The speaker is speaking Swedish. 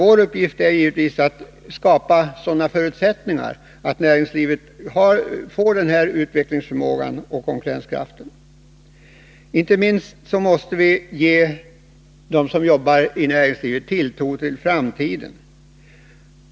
Vår uppgift är givetvis att skapa sådana förutsättningar för näringslivet att det får den nödvändiga utvecklingsförmågan och konkurrenskraften. Inte minst måste vi inge dem som arbetar inom näringslivet tro på framtiden.